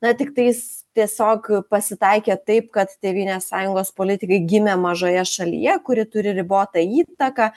na tiktais tiesiog pasitaikė taip kad tėvynės sąjungos politikai gimė mažoje šalyje kuri turi ribotą įtaką